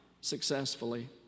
successfully